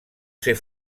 ser